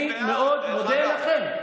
אני מאוד מודה לכם.